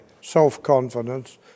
self-confidence